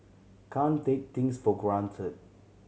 can't take things for granted